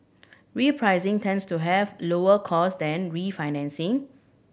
repricing tends to have lower cost than refinancing